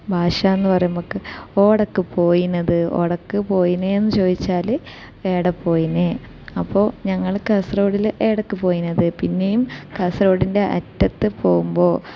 ഭാഷായെന്ന് പറയുമ്പം നമുക്ക് ഓടക്ക് പോയീനത് ഓടക്ക് പോയീനേന്ന് ചോദിച്ചാല് എവിടെ പോയിന് അപ്പോൾ ഞങ്ങള് കാസർഗോഡില് ഏടൊക്ക പോയീനത് പിന്നെയും കാസർഗോഡിൻ്റെ അറ്റത്ത് പോകുമ്പോൾ